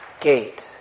gate